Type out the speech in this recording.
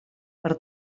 per